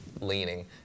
leaning